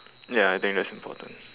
ya I think that's important